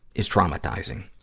is traumatizing.